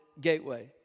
gateway